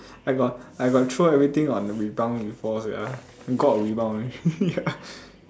I got I got throw everything on the rebound before sia god of rebound eh